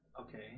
Okay